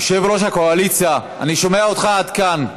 יושב-ראש הקואליציה, אני שומע אותך עד כאן.